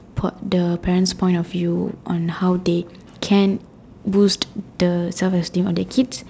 port the parents point of view on how they can boost the self esteem on their kids